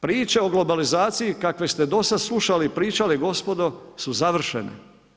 Priča o globalizaciji kakve ste do sada slušali i pričali gospodo su završene.